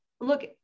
look